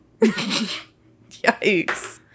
Yikes